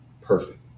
perfect